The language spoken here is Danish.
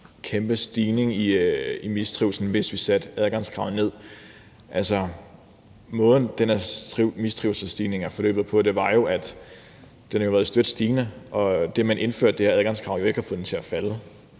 kæmpe stigning i mistrivslen, hvis vi satte adgangskravet ned. I forhold til måden, den her stigning i mistrivslen er forløbet på, er det jo sådan, at den har været støt stigende, og at det, at man indførte det her adgangskrav, jo ikke har fået den til at falde.